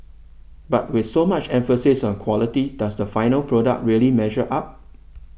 but with so much emphasis on quality does the final product really measure up